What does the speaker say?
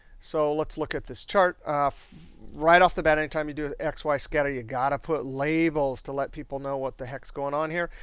so let's look at this chart. right off the bat, any time you do an x y scatter you gotta put labels to let people know what the heck's going on here.